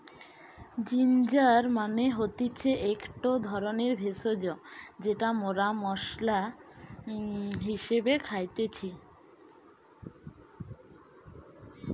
ginger মানে হতিছে একটো ধরণের ভেষজ যেটা মরা মশলা হিসেবে খাইতেছি